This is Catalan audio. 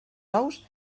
ous